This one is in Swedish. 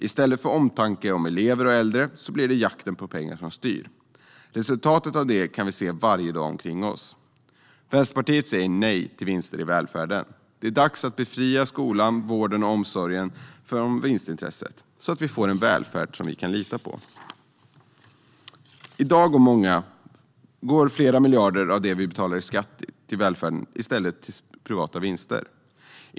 I stället för omtanke om elever och äldre blir det jakten på pengar som styr. Resultatet av det kan vi se varje dag omkring oss. Vänsterpartiet säger nej till vinster i välfärden. Det är dags att befria skolan, vården och omsorgen från vinstintresset så att vi får en välfärd som vi kan lita på. I dag går flera miljarder av det vi betalar i skatt till välfärden i stället till privata vinster.